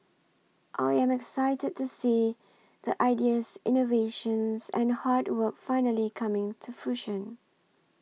I am excited to see the ideas innovations and hard work finally coming to fruition